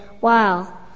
wow